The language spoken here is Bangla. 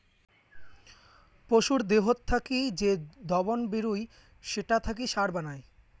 পশুর দেহত থাকি যে দবন বেরুই সেটা থাকি সার বানায়